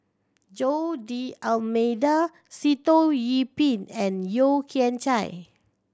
Jose D'Almeida Sitoh Yih Pin and Yeo Kian Chai